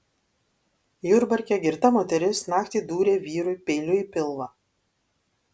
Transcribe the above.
jurbarke girta moteris naktį dūrė vyrui peiliu į pilvą